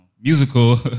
musical